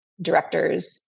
directors